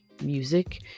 music